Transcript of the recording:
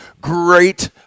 Great